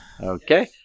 Okay